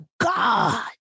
god